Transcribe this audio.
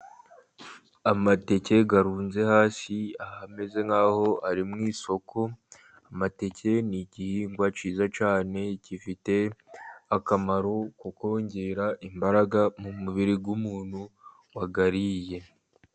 Amateke arunze hasi, ahameze nk'aho ari mu isoko. Amateke ni igihingwa cyiza cyane, gifite akamaro ko kongera imbaraga mu mubiri w'umuntu wayariye.